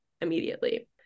immediately